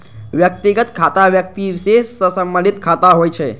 व्यक्तिगत खाता व्यक्ति विशेष सं संबंधित खाता होइ छै